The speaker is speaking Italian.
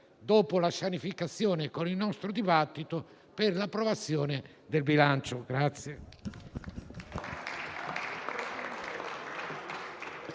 dopo la sanificazione, con il nostro dibattito per l'approvazione del bilancio.